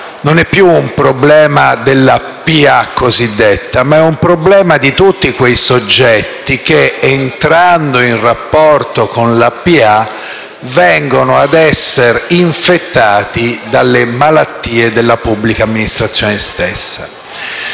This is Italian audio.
non è più un problema della cosiddetta PA, ma è un problema di tutti quei soggetti che, entrando in rapporto con la PA, vengono ad essere infettati dalle malattie della pubblica amministrazione stessa.